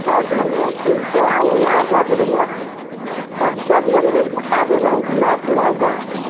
दस बजे ठीक छै आबू यहाँ दस बजे तब सभ मन्दिर देखाय देब हम घुमा फिराके